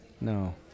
no